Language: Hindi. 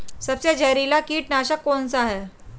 सबसे जहरीला कीटनाशक कौन सा है?